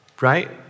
right